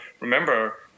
remember